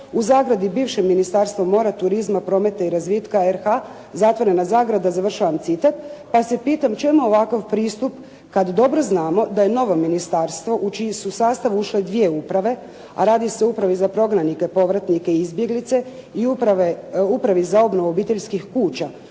u zagradi bivše Ministarstvo mora, turizma, prometa i razvitka RH, zatvorena zagrada», završavam citat. Pa se pitam čemu ovakav pristup kad dobro znamo da je novo ministarstvo u čiji su sastav ušle dvije uprave, a radi se o upravi za prognanike, povratnike i izbjeglice i upravi za obnovu obiteljskih kuća